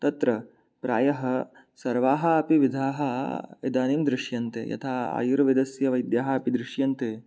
तत्र प्रायः सर्वाः अपि विधाः इदानीं दृश्यन्ते यथा आयुर्वेदस्य वैद्याः अपि दृश्यन्ते